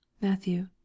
MATTHEW